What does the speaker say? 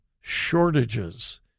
shortages